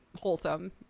wholesome